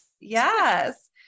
yes